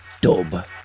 Dub